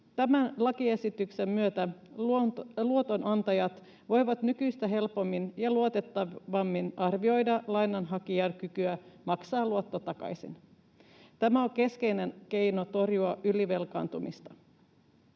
Tämän lakiesityksen myötä luotonantajat voivat nykyistä helpommin ja luotettavammin arvioida lainanhakijan kykyä maksaa luotto takaisin. Tämä on keskeinen keino torjua ylivelkaantumista.